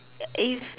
uh if